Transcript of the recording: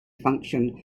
function